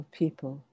people